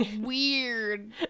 weird